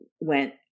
went